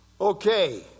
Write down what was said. Okay